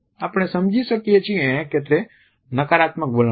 આપણે સમજી શકીએ કે તે નકારાત્મક વલણ છે